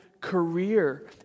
career